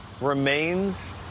remains